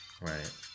Right